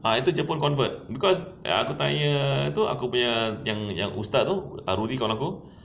ah itu jepun convert because aku tanya itu aku punya yang yang ustaz tu rudi kawan aku